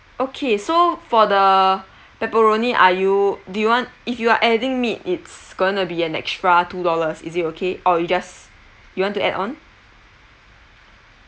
okay so for the pepperoni are you do you want if you are adding meat it's going to be an extra two dollars is it okay or you just you want to add on